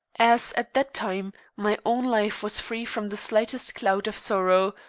as, at that time, my own life was free from the slightest cloud of sorrow,